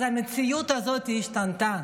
אז המציאות הזאת השתנתה.